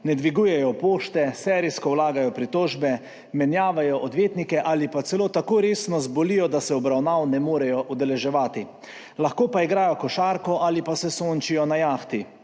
Ne dvigujejo pošte, serijsko vlagajo pritožbe, menjavajo odvetnike ali pa celo tako resno zbolijo, da se obravnav ne morejo udeleževati. Lahko pa igrajo košarko ali pa se sončijo na jahti.